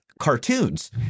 cartoons